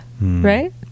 Right